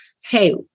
Hey